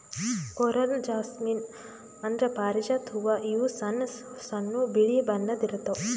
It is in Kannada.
ಕೊರಲ್ ಜಾಸ್ಮಿನ್ ಅಂದ್ರ ಪಾರಿಜಾತ ಹೂವಾ ಇವು ಸಣ್ಣ್ ಸಣ್ಣು ಬಿಳಿ ಬಣ್ಣದ್ ಇರ್ತವ್